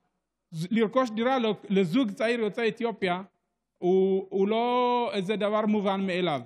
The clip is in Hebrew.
רכישת דירה לזוג צעיר מיוצאי אתיופיה זה לא דבר מובן מאליו,